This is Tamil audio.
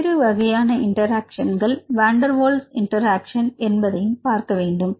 பல வகையான இன்டராக்சன்கள் வாண்டர்வால்ஸ் இன்டராக்சன் என்பதையும் பார்க்க வேண்டும்